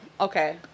Okay